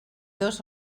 dos